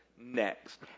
next